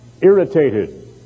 irritated